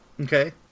Okay